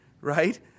right